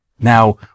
Now